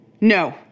No